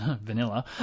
vanilla